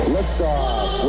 Liftoff